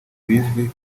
bizwi